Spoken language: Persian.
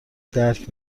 درک